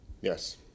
Yes